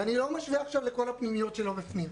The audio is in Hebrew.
אני לא משווה עכשיו לכל הפנימיות שלא בפנים.